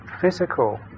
physical